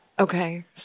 Okay